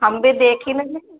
हम भी देखी ना जईं